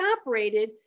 operated